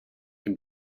can